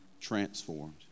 transformed